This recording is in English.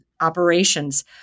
operations